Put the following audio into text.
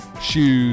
shoes